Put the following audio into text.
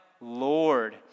Lord